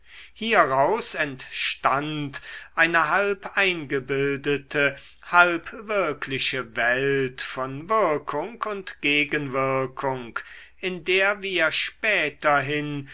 hieraus entstand eine halb eingebildete halb wirkliche welt von wirkung und gegenwirkung in der wir späterhin